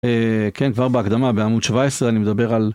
כן, כבר בהקדמה, בעמוד 17, אני מדבר על...